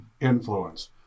influence